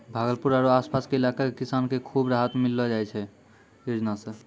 भागलपुर आरो आस पास के इलाका के किसान कॅ भी खूब राहत मिललो छै है योजना सॅ